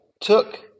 took